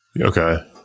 Okay